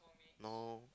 no